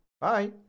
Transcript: Bye